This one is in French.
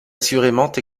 assurément